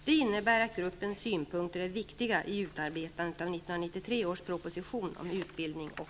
Det innebär att gruppens synpunkter är viktiga i utarbetandet av